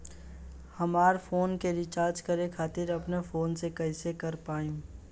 हमार फोन के रीचार्ज करे खातिर अपने फोन से कैसे कर पाएम?